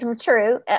True